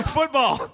Football